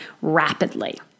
rapidly